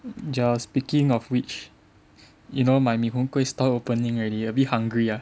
Joel speaking of which you know my mee-hoon-kway store opening already ah a bit hungry ah